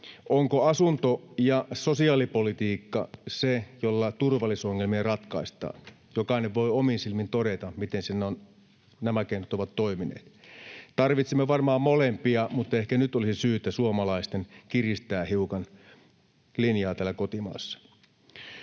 Onko asunto- ja sosiaalipolitiikka se, jolla turvallisuusongelmia ratkaistaan? Jokainen voi omin silmin todeta, miten siinä nämä keinot ovat toimineet. Tarvitsemme varmaan molempia, mutta ehkä nyt olisi syytä suomalaisten kiristää hiukan linjaa täällä kotimaassa.